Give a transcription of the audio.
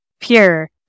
pure